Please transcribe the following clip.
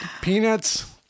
peanuts